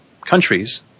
countries